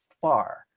far